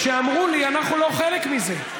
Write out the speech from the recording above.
שאמרו לי: אנחנו לא חלק מזה.